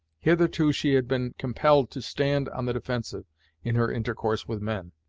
hitherto she had been compelled to stand on the defensive in her intercourse with men,